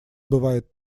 бывает